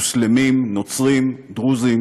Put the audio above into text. מוסלמים, נוצרים, דרוזים,